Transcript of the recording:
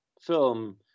film